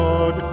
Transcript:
God